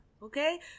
Okay